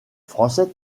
français